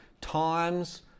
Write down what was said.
times